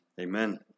Amen